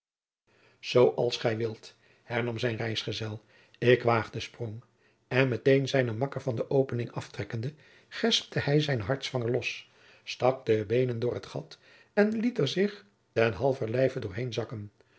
als gij wilt hernam zijn reisgezel ik waag den sprong en meteen zijnen makker van de opening af trekkende gespte hij zijnen hartsvanger los stak de beenen door het gat en liet er zich ten halverlijve doorheen zakken